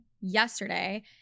yesterday